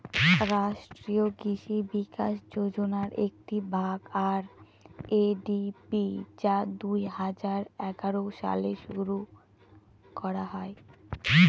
রাষ্ট্রীয় কৃষি বিকাশ যোজনার একটি ভাগ আর.এ.ডি.পি যা দুই হাজার এগারো সালে শুরু করা হয়